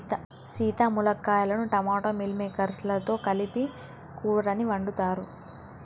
సీత మునక్కాయలను టమోటా మిల్ మిల్లిమేకేర్స్ లతో కలిపి కూరని వండుతారు